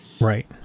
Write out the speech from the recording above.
Right